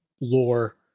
lore